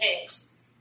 takes